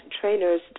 trainers